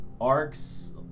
arcs